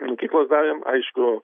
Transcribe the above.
mokyklos davėm aišku